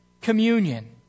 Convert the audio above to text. communion